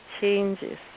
changes